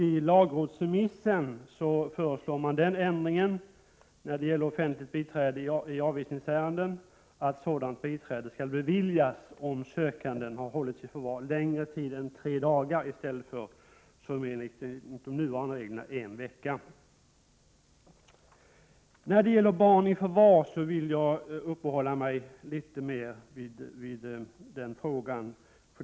I lagrådsremissen föreslår man den ändringen när det gäller offentligt biträde i avvisningsärenden att sådant biträde skall beviljas, om sökanden har hållits i förvar längre tid än tre dagar i stället för som enligt nuvarande regler i en vecka. Frågan om barn i förvar vill jag uppehålla mig litet mer vid.